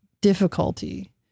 difficulty